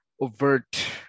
overt